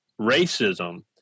racism